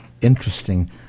interesting